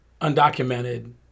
undocumented